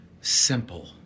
simple